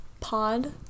pod